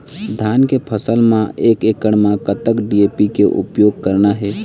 धान के फसल म एक एकड़ म कतक डी.ए.पी के उपयोग करना हे?